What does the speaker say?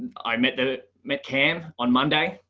i met the met cam on monday.